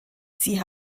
sie